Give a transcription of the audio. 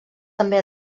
també